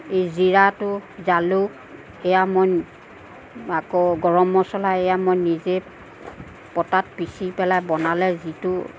এই জিৰাটো জালুক সেয়া মই আকৌ গৰম মচলা এয়া মই নিজে পতাত পিচি পেলাই বনালে যিটো